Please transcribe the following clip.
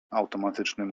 automatycznym